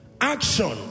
Action